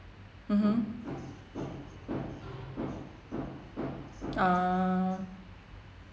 mmhmm ah